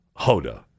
Hoda